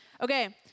Okay